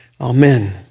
Amen